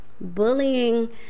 Bullying